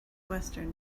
western